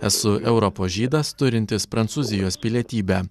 esu europos žydas turintis prancūzijos pilietybę